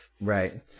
Right